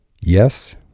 yes